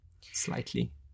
slightly